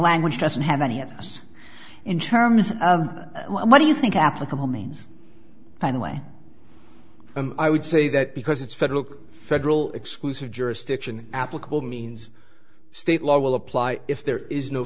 language doesn't have any of us in terms of what do you think applicable means by the way i would say that because it's federal federal exclusive jurisdiction applicable means state law will apply if there is no